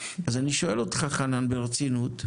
אז אני שואל אותך חנן ברצינות,